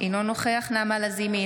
אינו נוכח נעמה לזימי,